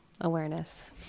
awareness